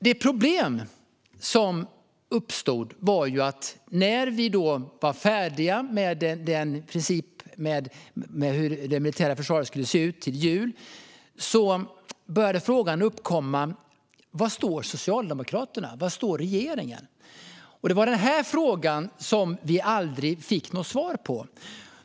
Det problem som uppstod var när vi till jul var i princip färdiga med hur det militära försvaret skulle se ut och frågan var Socialdemokraterna står uppkom. Var står regeringen? Det var den frågan vi aldrig fick något svar på.